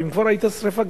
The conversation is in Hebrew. ואם כבר היתה שרפה,